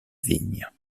vigne